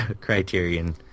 Criterion